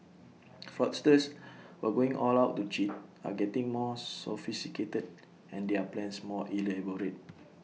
fraudsters who are going all out to cheat are getting more sophisticated and their plans more elaborate